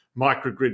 microgrid